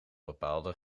bepaalde